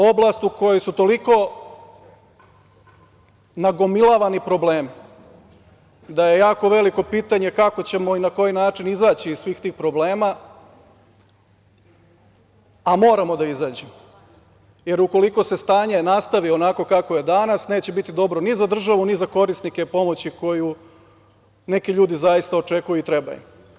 Ovo je oblast u kojoj su toliko nagomilavani problemi da je jako veliko pitanje kako ćemo i na koji način izaći iz svih tih problema, a moramo da izađemo, jer ukoliko se stanje nastavi onako kako je danas neće biti dobro ni za državu ni za korisnike pomoći koju neki ljudi zaista očekuju i treba im.